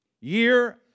year